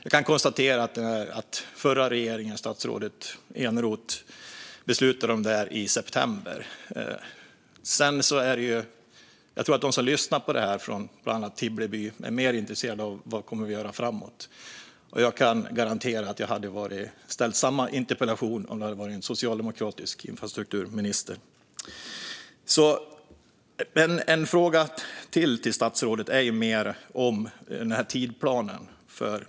Jag kan konstatera att den förra regeringen och statsrådet Eneroth beslutade om det här i september. Jag tror att de som lyssnar på detta från bland annat Tibble by är mer intresserade av vad vi kommer att göra framåt. Och jag kan garantera att jag hade ställt samma interpellation om det hade varit en socialdemokratisk infrastrukturminister. Jag har en till fråga till statsrådet som handlar mer om tidsplanen.